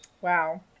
Wow